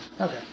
Okay